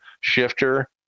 shifter